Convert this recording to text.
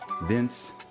Vince